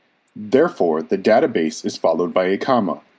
therefore, the database is followed by a comma.